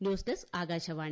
news desk Akashvani